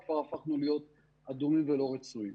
כבר הפכנו להיות אדומים ולא רצויים.